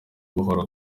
buhoro